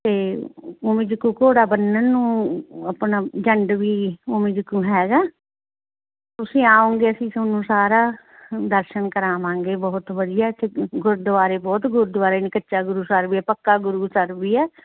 ਅਤੇ ਉਵੇਂ ਜੇ ਕੋਈ ਘੋੜਾ ਬੰਨਣ ਨੂੰ ਆਪਣਾ ਜੰਡ ਵੀ ਉਵੇਂ ਜੇ ਕੋਈ ਹੈਗਾ ਤੁਸੀਂ ਆਉਂਗੇ ਅਸੀਂ ਤੁਹਾਨੂੰ ਸਾਰਾ ਦਰਸ਼ਨ ਕਰਾਵਾਂਗੇ ਬਹੁਤ ਵਧੀਆ ਇੱਥੇ ਗੁਰਦੁਆਰੇ ਬਹੁਤ ਗੁਰਦੁਆਰੇ ਨੇ ਕੱਚਾ ਗੁਰੂਸਰ ਵੀ ਹੈ ਪੱਕਾ ਗੁਰੂਸਰ ਵੀ ਹੈ